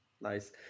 Nice